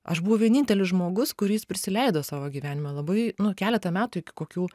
aš buvau vienintelis žmogus kurį jis prisileido savo gyvenime labai nu keletą metų iki kokių